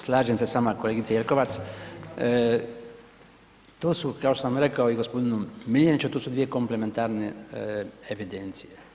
Slažem se s vama kolegice Jelkovac, to su kao što sam rekao i gospodinu Miljeniću to su dvije komplementarne evidencije.